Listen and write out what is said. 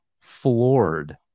floored